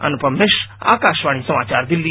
अनुपम मिश्र आकाशवाणी समाचार दिल्ली